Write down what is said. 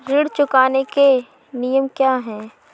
ऋण चुकाने के नियम क्या हैं?